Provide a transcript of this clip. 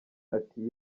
ati